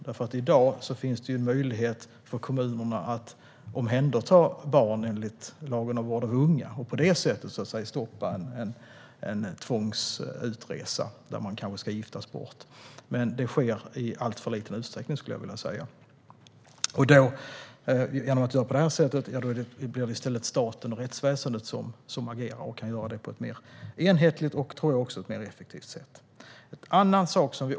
I dag finns en möjlighet för kommunerna att omhänderta barn enligt lagen om vård av unga och på det sättet stoppa en tvångsutresa för att giftas bort - men detta sker i alltför liten utsträckning. Genom att göra på det här sättet blir det i stället staten och rättsväsendet som agerar på ett mer enhetligt och effektivt sätt.